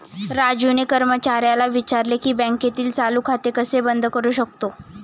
राजूने कर्मचाऱ्याला विचारले की बँकेतील चालू खाते कसे बंद करू शकतो?